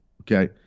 okay